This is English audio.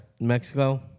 Mexico